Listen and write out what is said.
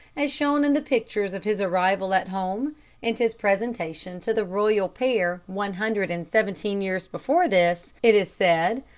as shown in the pictures of his arrival at home and his presentation to the royal pair one hundred and seventeen years before this, it is said,